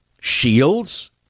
shields